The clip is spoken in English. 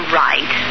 right